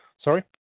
Sorry